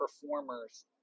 performers